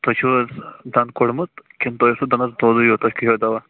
تۅہہِ چھُو حظ دَنٛد کوٚڈمُت کِنہٕ تۅہہِ اوسوٕ دَنٛدَس دودُے یوت تَتھ کھیٚوا دَوا